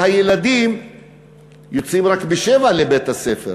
והילדים יוצאים רק ב-07:00 לבית-הספר.